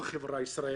יש הבדל ענק.